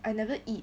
I never eat